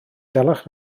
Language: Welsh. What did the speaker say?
dalach